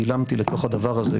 גילמתי לתוך הדבר הזה,